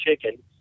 chicken